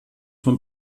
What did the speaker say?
von